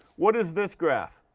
what is this graph?